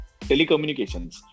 telecommunications